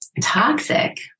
toxic